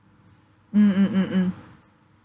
mm mm mm mm